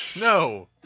No